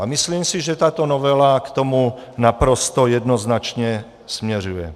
A myslím si, že tato novela k tomu naprosto jednoznačně směřuje.